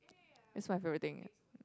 is my favourite thing ah